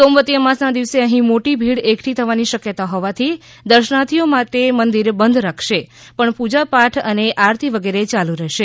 સોમવતી અમાસ ના દિવસે અહી મોટી ભીડ એકઠી થવાની શક્યતા હોવાથી દર્શનાર્થીઓ માટે મંદિર બંધ રાખશે પણ પૂજાપાઠ અને આરતી વગેરે યાલુ રહેશે